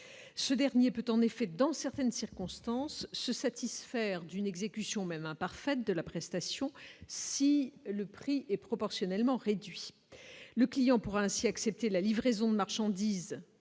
ce dernier peut, en effet, dans certaines circonstances se satisfaire d'une exécution même imparfaite de la prestation si le prix est proportionnellement réduits, le client pourra ainsi accepter la livraison de marchandises